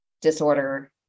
disorder